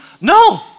No